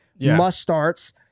must-starts